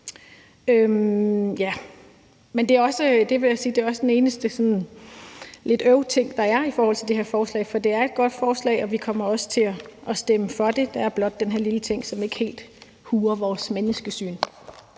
det så også er den eneste lidt øvting, der er i forhold til det her, for det er et godt forslag, og vi kommer også til at stemme for det. Der er blot den her lille ting, som ikke helt huer vores menneskesyn.